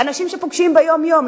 לאנשים שפוגשים ביום-יום,